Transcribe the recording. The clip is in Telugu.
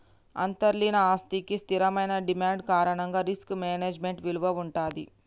అంతర్లీన ఆస్తికి స్థిరమైన డిమాండ్ కారణంగా రిస్క్ మేనేజ్మెంట్ విలువ వుంటది